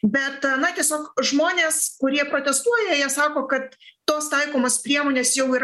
bet na tiesiog žmonės kurie protestuoja jie sako kad tos taikomos priemonės jau yra